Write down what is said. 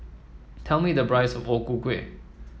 tell me the price of O Ku Kueh